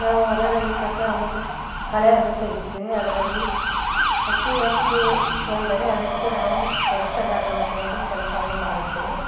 ನಾವು ಹೊಲದಲ್ಲಿ ಕಸ ಅನ್ನೋದು ಕಳೆ ಅನ್ನೋದು ತೆಗಿತೀವಿ ಅದರಲ್ಲಿ ಅತೀ ಹೆಚ್ಚು ಬಂದರೆ ಅದಕ್ಕೆ ನಾವು ಕೆಲಸಗಾರರನ್ನು ತಗೊಂಡು ಕೆಲಸವನ್ನು ಮಾಡುತ್ತೇವೆ